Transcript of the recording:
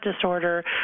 disorder